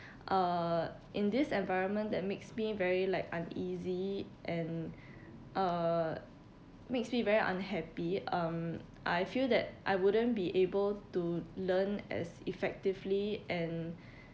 uh in this environment that makes me very like uneasy and uh makes me very unhappy um I feel that I wouldn't be able to learn as effectively and